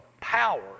power